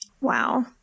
Wow